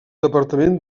departament